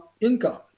income